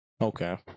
Okay